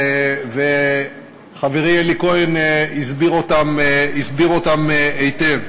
וחברי אלי כהן הסביר אותם היטב.